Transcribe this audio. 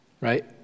right